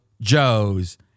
Joes